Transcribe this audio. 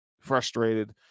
frustrated